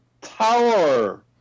tower